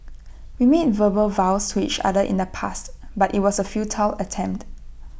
we made verbal vows to each other in the past but IT was A futile attempt